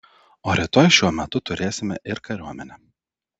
o rytoj šiuo metu turėsime ir kariuomenę